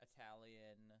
Italian